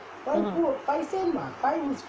mm